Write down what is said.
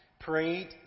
Prayed